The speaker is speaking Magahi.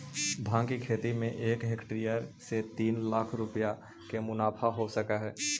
भाँग के खेती में एक हेक्टेयर से तीन लाख रुपया के मुनाफा हो सकऽ हइ